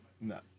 No